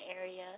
area